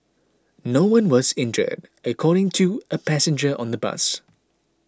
no one was injured according to a passenger on the bus